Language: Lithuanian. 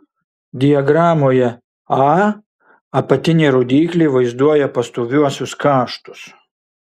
diagramoje a apatinė rodyklė vaizduoja pastoviuosius kaštus